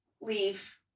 leave